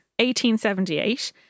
1878